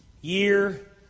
Year